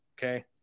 Okay